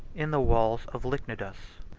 in the walls of lychnidus.